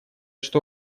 что